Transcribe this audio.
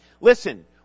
Listen